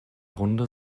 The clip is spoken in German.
runde